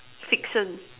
fiction